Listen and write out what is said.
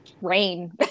rain